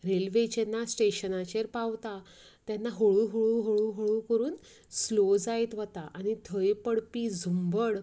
railway जेन्ना स्टेशनाचेर पावता तेन्ना हळू हळू हळू हळू करून स्लो जायत वता आनी थंय पडपी झुंबड